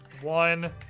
one